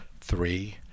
three